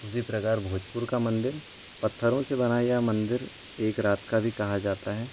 उसी प्रकार भोजपुर का मंदिर पत्थरों से बनाया गया मंदिर एक रात का भी कहा जाता है